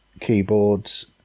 keyboards